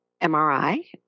MRI